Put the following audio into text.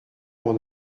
mon